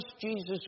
Jesus